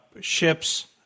ships